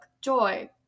Joy